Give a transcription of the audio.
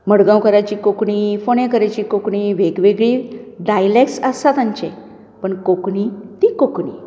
मडगांवकारांची कोंकणी फोंडेकारांची कोंकणी वेग वेगळीच डायलॅक्ट्स आसा तांचें पूण कोंकणी ती कोंकणी